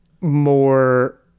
more